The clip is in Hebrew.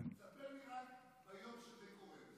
ספר לי רק ביום שזה קורה.